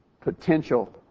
potential